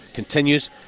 Continues